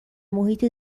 محیط